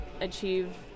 achieve